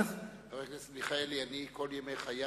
חבר הכנסת מיכאלי, אני כל ימי חיי